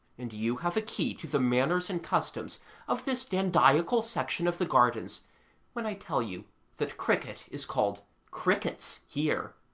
and you have a key to the manners and customs of this dandiacal section of the gardens when i tell you that cricket is called crickets here.